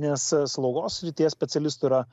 nes slaugos srities specialistų yra